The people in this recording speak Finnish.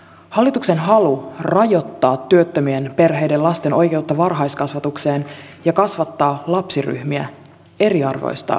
hallituksen halu rajoittaa työttömien perheiden lasten oikeutta varhaiskasvatukseen ja kasvattaa lapsiryhmiä eriarvoistaa lapsia